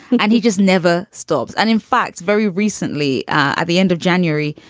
and he just never stops and in fact, very recently at the end of january,